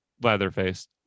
Leatherface